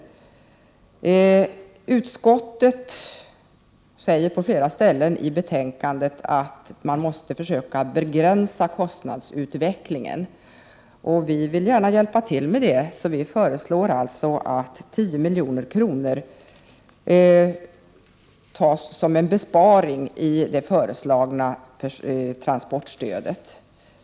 Utskottet skriver på flera ställen i betänkandet att man måste försöka begränsa kostnadsutvecklingen. Vi vill gärna hjälpa till med detta, varför vi föreslår en besparing med 10 milj.kr. i förhållande till regeringens förslag.